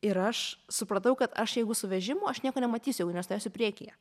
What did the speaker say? ir aš supratau kad aš jeigu su vežimu aš nieko nematysiu jeigu nestovėsiu priekyje